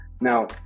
Now